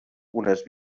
unes